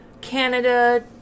Canada